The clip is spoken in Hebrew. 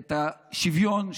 את השוויון.